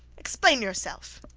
explain yourself